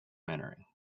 entering